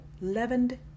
leavened